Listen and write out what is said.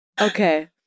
Okay